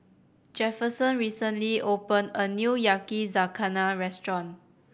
Jefferson recently opened a new Yakizakana Restaurant